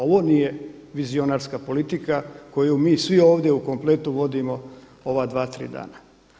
Ovo nije vizionarska politika koju mi svi ovdje u kompletu vodimo ova dva, tri dana.